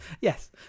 Yes